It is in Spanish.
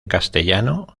castellano